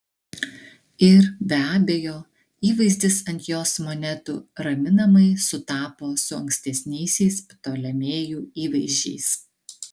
ir be abejo įvaizdis ant jos monetų raminamai sutapo su ankstesniaisiais ptolemėjų įvaizdžiais